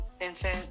infant